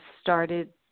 started